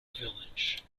village